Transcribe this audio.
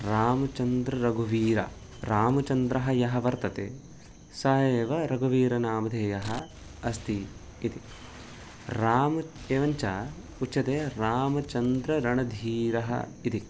रामचन्द्ररघुवीरः रामचन्द्रः यः वर्तते स एव रघुवीरः नामधेयः अस्ति इति रामः एवञ्च उच्यते रामचन्द्ररणधीरः इति